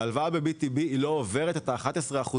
ההלוואה ב-BTB לא עוברת את ה-11%,